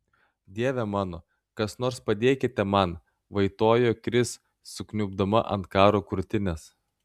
dieve mano kas nors padėkite man vaitojo kris sukniubdama ant karo krūtinės